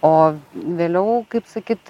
o vėliau kaip sakyt